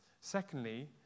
Secondly